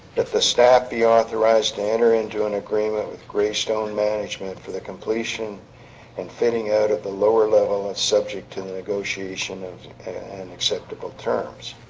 that the staff be authorized to enter into an agreement with graystone management for the completion and fitting out at the lower level and subject to the negotiation of an acceptable terms